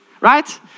Right